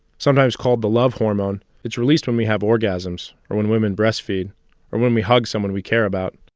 sometimes called the love hormone that's released when we have orgasms or when women breastfeed or when we hug someone we care about.